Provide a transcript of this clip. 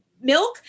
milk